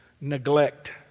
neglect